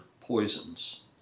poisons